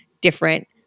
different